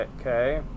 Okay